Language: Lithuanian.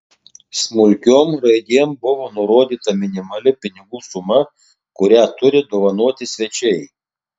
smulkiom raidėm buvo nurodyta minimali pinigų suma kurią turi dovanoti svečiai